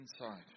inside